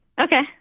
Okay